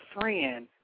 friend